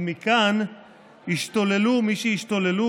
ומכאן השתוללו מי שהשתוללו,